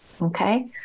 Okay